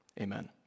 Amen